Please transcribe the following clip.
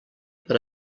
per